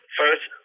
first